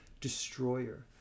destroyer